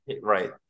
Right